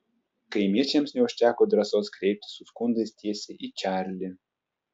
kaimiečiams neužteko drąsos kreiptis su skundais tiesiai į čarlį